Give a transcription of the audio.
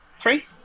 Three